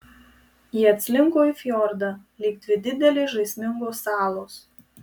jie atslinko į fjordą lyg dvi didelės žaismingos salos